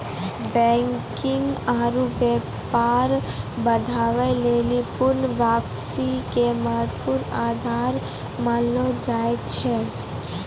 banking आरु व्यापार बढ़ाबै लेली पूर्ण वापसी के महत्वपूर्ण आधार मानलो जाय छै